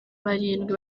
barindwi